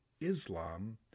islam